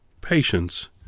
patience